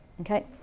okay